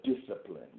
discipline